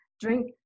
drink